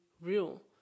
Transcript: real